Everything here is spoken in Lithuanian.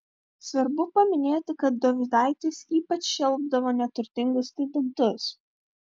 svarbu paminėti kad dovydaitis ypač šelpdavo neturtingus studentus